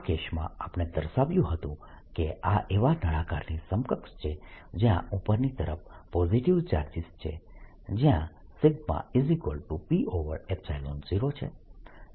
આ કેસમાં આપણે દર્શાવ્યું હતું કે આ એવા નળાકારની સમકક્ષ છે જયાં ઉપરની તરફ પોઝીટીવ ચાર્જીસ છે જયાં p0 છે